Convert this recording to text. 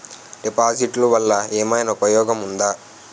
డిపాజిట్లు వల్ల ఏమైనా ఉపయోగం ఉందా?